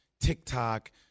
TikTok